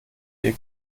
ihr